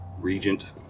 regent